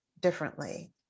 differently